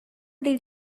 did